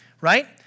right